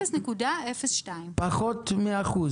0.02%. פחות מאחוז.